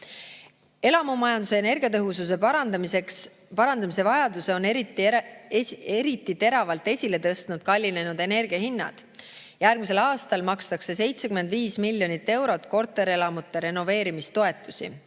Elamumajanduse energiatõhususe parandamise vajaduse on eriti teravalt esile tõstnud kallinenud energiahinnad. Järgmisel aastal makstakse 75 miljonit eurot korterelamute renoveerimise toetusi.